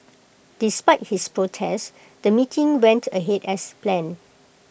despite his protest the meeting went ahead as planned